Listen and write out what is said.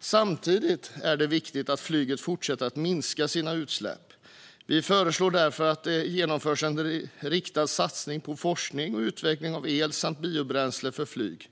Samtidigt är det viktigt att flyget fortsätter att minska sina utsläpp. Vi föreslår därför att det genomförs en riktad satsning på forskning och utveckling av el samt biobränsle för flyg.